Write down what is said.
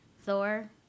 Thor